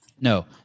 No